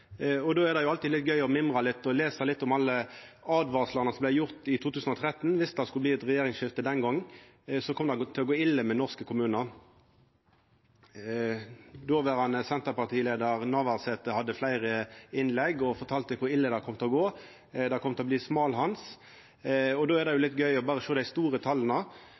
Venstre. Då er det alltid litt gøy å mimra litt og lesa litt om alle åtvaringane som vart gjorde i 2013. Viss det skulle bli eit regjeringsskifte den gongen, kom det til å gå ille med norske kommunar. Dåverande senterpartileiar, Navarsete, hadde fleire innlegg og fortalde kor ille det kom til å gå. Det kom til å bli smalhans. Då er det litt gøy å sjå dei store tala,